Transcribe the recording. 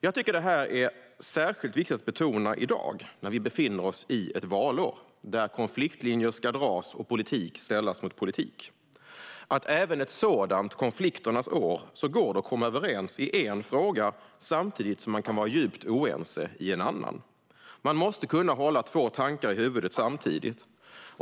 Jag tycker att det är särskilt viktigt att betona i dag, när vi befinner oss mitt i ett valår där konfliktlinjer ska dras och politik ställas mot politik, att det även ett sådant konflikternas år går att komma överens i en fråga samtidigt som man kan vara djupt oense i en annan. Man måste kunna hålla två tankar i huvudet samtidigt.